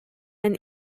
and